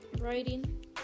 Writing